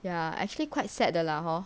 ya actually quite sad 的 lah hor